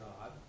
God